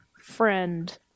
friend